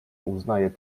uznaje